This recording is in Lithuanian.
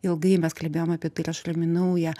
ilgai mes kalbėjom apie tai ir aš raminau ją